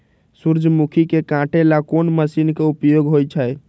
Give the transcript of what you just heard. सूर्यमुखी के काटे ला कोंन मशीन के उपयोग होई छइ?